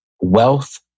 wealth